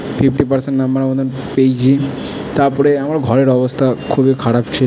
fifty percent নম্বরের মতোন পেয়েছি তারপরে আমার ঘরের অবস্থা খুবই খারাপ ছিলো